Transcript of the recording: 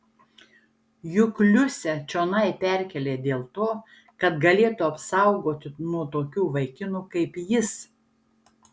juk liusę čionai perkėlė dėl to kad galėtų apsaugoti nuo tokių vaikinų kaip jis